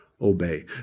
obey